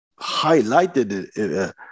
highlighted